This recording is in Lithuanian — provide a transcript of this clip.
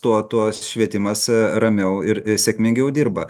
tuo tuo švietimas ramiau ir sėkmingiau dirba